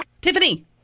Tiffany